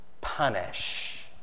punish